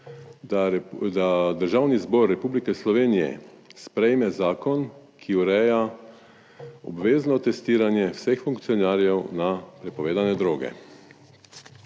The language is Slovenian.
da Državni zbor Republike Slovenije sprejme zakon, ki ureja obvezno testiranje vseh funkcionarjev na prepovedane droge?